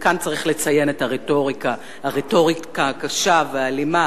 וכאן צריך לציין את הרטוריקה הקשה והאלימה,